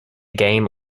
game